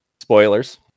Spoilers